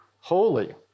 holy